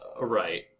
Right